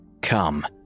Come